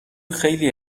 خیلی